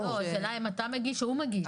השאלה אם אתה מגיש או הוא מגיש.